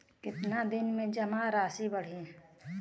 कितना दिन में जमा राशि बढ़ी?